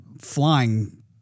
flying